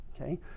Okay